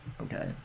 Okay